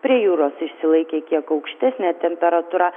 prie jūros išsilaikė kiek aukštesnė temperatūra